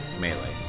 Melee